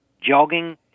jogging